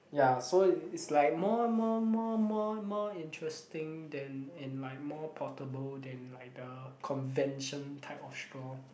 ya so it's like more more more more more interesting than and like more portable than like the convention type of straw